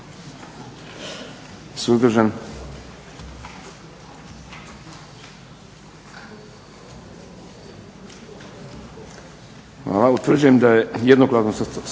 Hvala. Utvrđujem da je jednoglasno sa